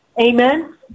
Amen